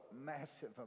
massive